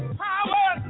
power